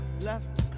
Left